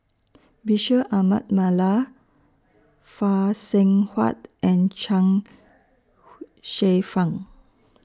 Bashir Ahmad Mallal Phay Seng Whatt and Chuang Hsueh Fang